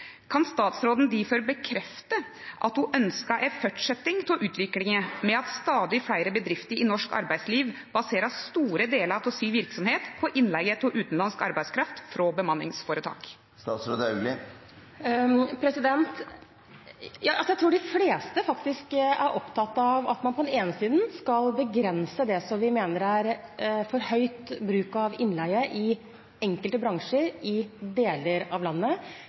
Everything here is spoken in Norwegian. Kan statsråden derfor bekrefte at hun ønsker en fortsettelse av utviklingen med at stadig flere bedrifter i norsk arbeidsliv baserer store deler av virksomheten sin på innleie av utenlandsk arbeidskraft fra bemanningsforetak? Jeg tror de fleste faktisk er opptatt av at man på den ene siden skal begrense det vi mener er et for høyt bruk av innleie i enkelte bransjer i deler av landet,